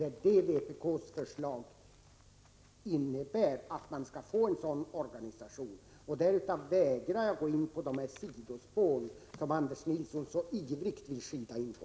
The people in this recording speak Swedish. Vpk:s förslag syftar till en sådan organisation. Jag vägrar gå in på de sidospår som Anders Nilsson så ivrigt vill skida in på.